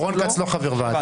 רון כץ לא חבר ועדה.